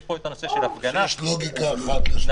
פה את הנושא של הפגנה --- שיש לוגיקה אחת לשני הדברים.